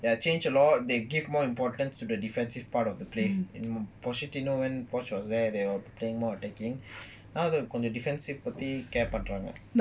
ya change a lot they gave more importance to the defensive part of the play was there they were playing more attacking defensive பத்தி:paththi care பண்றங்க:panranga